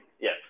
Yes